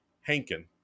Hankin